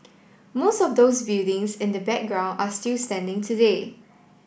most of those buildings in the background are still standing today